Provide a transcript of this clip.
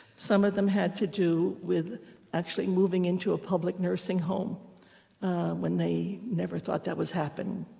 some of them had to do with actually moving into a public nursing home when they never thought that was happening.